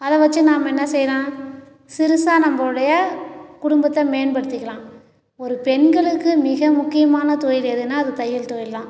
அதை வச்சி நாம என்ன செய்யலாம் சிறுசாக நம்பளுடைய குடும்பத்தை மேன்படுத்திக்கலாம் ஒரு பெண்களுக்கு மிக முக்கியமான தொழில் எதுனா அது தையல் தொழில் தான்